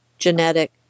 genetic